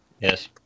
Yes